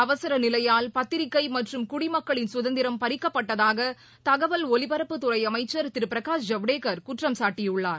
அவரச நிலையால் பத்திரிக்கை மற்றும் குடிமக்களின் சுதந்திரம் பறிக்கப்பட்டதாக தகவல் ஒலிபரப்புத் துறை அமைச்சர் திரு பிரகாஷ் ஜவ்டேகர் குற்றம்சாட்டியுள்ளார்